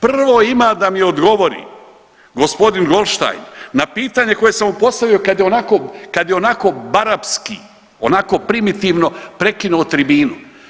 Prvo ima da mi odgovori gospodin Goldstein na pitanje koje sam mu postavio kad je onako barabski, onako primitivno prekinuo tribinu.